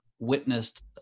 witnessed